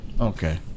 Okay